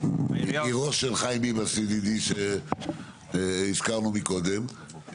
עירו של חיים ביבס ידידי שהזכרנו קודם,